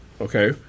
okay